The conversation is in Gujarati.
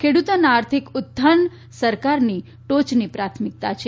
ખેડુતોના આર્થિક ઉત્થાન સરકારની ટોચની પ્રાથમિકતા છે